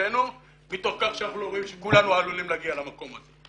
בתוכנו מתוך כך שאנחנו לא רואים שכולנו עלולים להגיע למקום הזה.